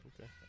Okay